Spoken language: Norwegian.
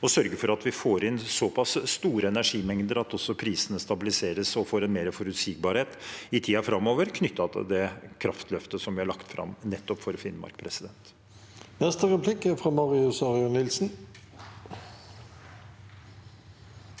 og sørge for at vi får inn såpass store energimengder at også prisene stabiliseres. Så får en mer forutsigbarhet i tiden framover knyttet til det kraftløftet som vi har lagt fram nettopp for Finnmark.